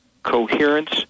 coherence